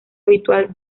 habitual